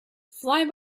fly